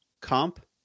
comp